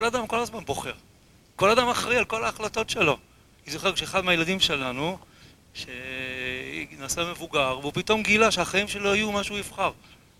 כל אדם כל הזמן בוחר, כל אדם אחראי על כל ההחלטות שלו. אני זוכר כשאחד מהילדים שלנו, שנעשה מבוגר, והוא פתאום גילה שהחיים שלו יהיו מה שהוא הבחר.